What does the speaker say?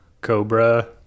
Cobra